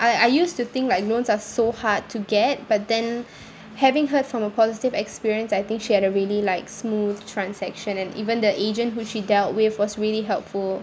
I I used to think like loans are so hard to get but then having heard from a positive experience I think she had a really like smooth transaction and even the agent who she dealt with was really helpful